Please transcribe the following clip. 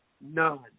none